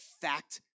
fact